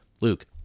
luke